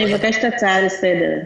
אני מבקשת הצעה לסדר.